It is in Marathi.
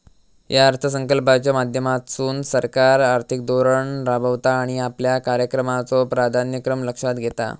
या अर्थसंकल्पाच्या माध्यमातसून सरकार आर्थिक धोरण राबवता आणि आपल्या कार्यक्रमाचो प्राधान्यक्रम लक्षात घेता